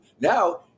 now